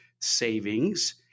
savings